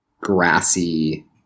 grassy